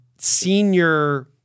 senior